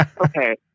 Okay